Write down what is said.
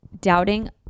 doubting